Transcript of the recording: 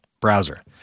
browser